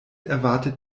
erwartet